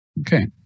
Okay